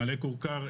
מלא כורכר,